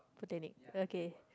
botanic okay